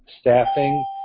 staffing